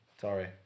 Sorry